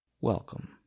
Welcome